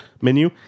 menu